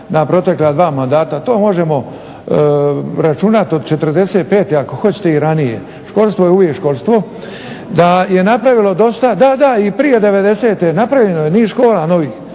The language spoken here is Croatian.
na protekla dva mandata, to možemo računat od '45., ako hoćete i ranije, školstvo je uvijek školstvo, da je napravilo dosta, da, da, i prije '90.-te napravljeno je niz škola novih,